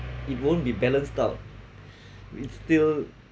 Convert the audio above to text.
it won't be balanced out it still